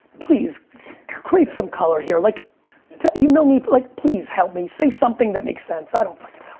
please create some color here, like you know me, like please help me. say something that makes sense. i don't fucking